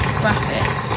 graphics